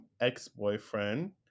ex-boyfriend